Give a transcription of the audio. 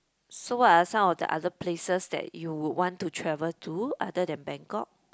so what are some of the other places that you would want to travel to other than Bangkok